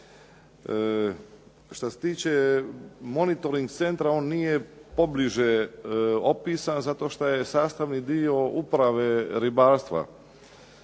Šta se tiče monitoring centra, on nije pobliže opisan zato šta je sastavni dio uprave ribarstva.